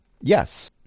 Yes